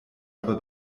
aber